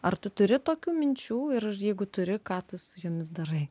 ar tu turi tokių minčių ir jeigu turi ką tu su jomis darai